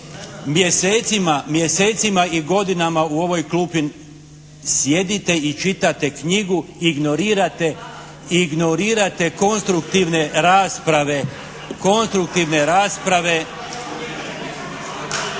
Mjesecima i godinama u ovoj klupi sjedite i čitate knjigu, ignorirate konstruktivne rasprave